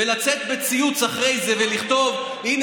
ולצאת בציוץ אחרי זה ולכתוב: הינה,